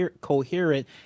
coherent